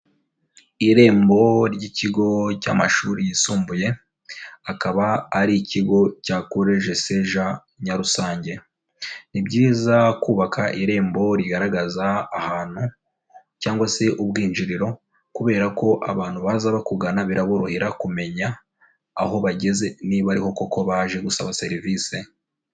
Irembo ry'ikigo cy'amashuri yisumbuye, akaba ari ikigo cya college saint Jean Nyarusange. Ni byiza kubaka irembo rigaragaza ahantu cyangwa se ubwinjiriro kubera ko abantu baza bakugana biraborohera kumenya aho bageze niba ari ho koko baje gusaba serivisi.